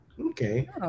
okay